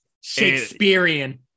Shakespearean